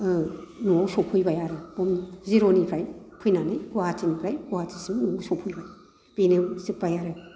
न'आव सौफैबाय आरो बम जिर'निफ्राय फैनानै गुवाहाटिनिफ्राय गुवाहाटीसिम सौफैबाय बिनो जोबबाय आरो